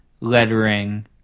lettering